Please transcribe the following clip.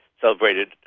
Celebrated